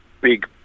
big